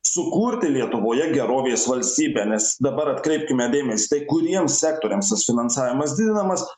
sukurti lietuvoje gerovės valstybę mes dabar atkreipkime dėmesį tai kuriems sektoriams tas finansavimas didinamas